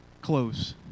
close